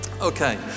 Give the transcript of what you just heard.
Okay